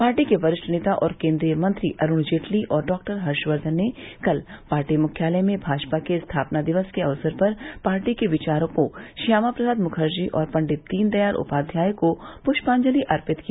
party के वरिष्ठ नेता और केन्द्रीय मंत्री अरूण जेटली और डॉक्टर हर्षवर्धन ने कल पार्टी मुख्यालय में भाजपा के स्थापना दिवस के अवसर पर पार्टी के विचारकों श्यामा प्रसाद मुखर्जी और पंडित दीनदयाल उपाध्याय को पुष्पांजलि अर्पित की